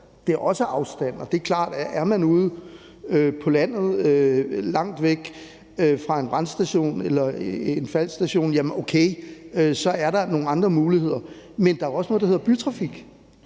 det er også afstanden. Og det er klart, at er man ude på landet, langt væk fra en brandstation eller en Falckstation, så er der nogle andre muligheder. Men der er også noget, der hedder bytrafik.